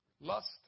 Lust